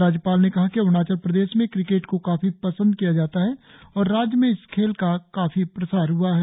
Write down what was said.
राज्यपाल ने कहा कि अरुणाचल प्रदेश में क्रिकेट को काफी पसंद किया जाता है और राज्य में इस खेल का काफी प्रसार हआ है